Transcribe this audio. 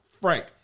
Frank